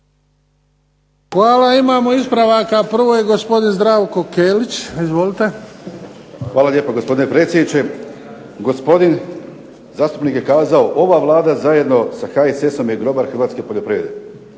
Hvala. Imamo ispravaka prvo je gospodin Zdravko Kelić. Izvolite. **Kelić, Zdravko (HSS)** Hvala lijepo gospodine predsjedniče. Gospodin zastupnik je kazao ova Vlada zajedno sa HSS-om je grobar Hrvatske poljoprivrede.